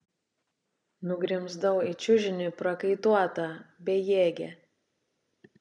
nugrimzdau į čiužinį prakaituota bejėgė